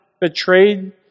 betrayed